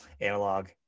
analog